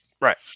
Right